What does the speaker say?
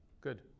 Good